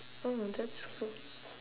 oh that's good